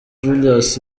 julius